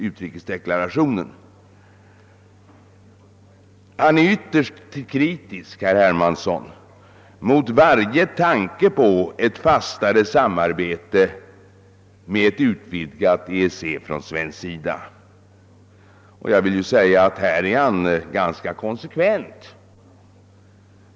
Herr Hermansson är ytterst kritisk mot varje tanke på ett fastare samarbete med ett utvidgat EEC. Härvidlag är han enligt min mening ganska konsekvent.